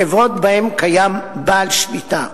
בחברות שבהן קיים בעל שליטה.